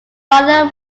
father